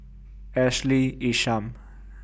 Ashley Isham